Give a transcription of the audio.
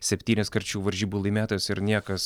septyniskart šių varžybų laimėtojas ir niekas